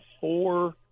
four